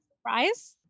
surprise